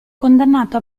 condannato